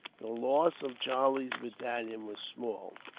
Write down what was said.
the loss of charlie's battalion was small,